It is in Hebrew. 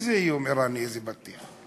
איזה איום איראני, איזה בטיח,